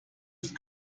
ist